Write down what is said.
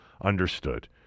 understood